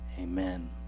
Amen